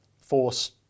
Force